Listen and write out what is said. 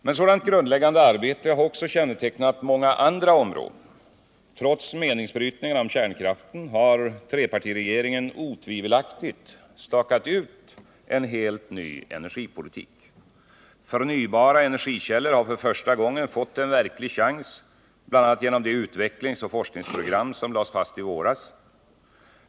Men sådant grundläggande arbete har också kännetecknat många andra områden. Trots meningsbrytningarna om kärnkraften har trepartiregeringen otvivelaktigt stakat ut en helt ny energipolitik. Förnybara energikällor har för första gången fått en verklig chans bl.a. genom det utvecklingsoch forskningsprogram som lades fast i våras.